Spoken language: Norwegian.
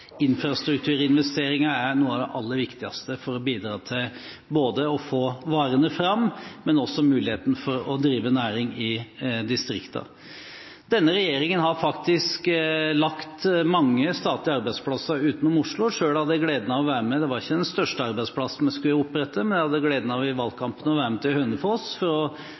infrastrukturinvesteringer er noe av det aller viktigste for å bidra til å få varene fram og til muligheten for å drive næring i distriktene. Denne regjeringen har faktisk lagt mange statlige arbeidsplasser utenom Oslo. Selv hadde jeg i valgkampen gleden av å være med til Hønefoss – det var riktignok ikke den største arbeidsplassen vi skulle opprette – for å presentere det nye regelrådet, som særlig Venstre, men